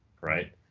right